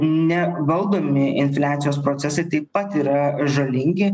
ne valdomi infliacijos procesai taip pat yra žalingi